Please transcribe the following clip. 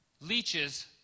leeches